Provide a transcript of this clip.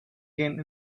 gain